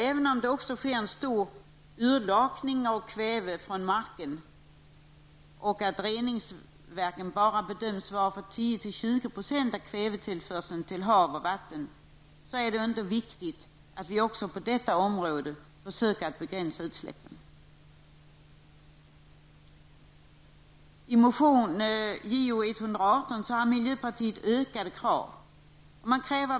Även om det sker en stor urlakning av kväve från marken och reningsverken bedöms svara för 10--20 % av kvävetillförseln till våra havsoch vattenområden, så är det viktigt att vi även på detta område försöker begränsa utsläppsmängden.